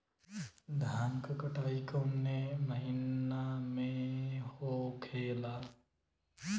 धान क कटाई कवने महीना में होखेला?